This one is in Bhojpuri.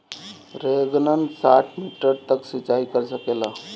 रेनगन साठ मिटर तक सिचाई कर सकेला का?